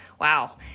Wow